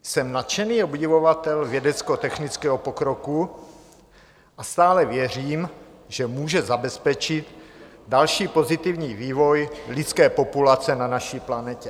Jsem nadšený obdivovatel vědeckotechnického pokroku a stále věřím, že může zabezpečit další pozitivní vývoj lidské populace na naší planetě.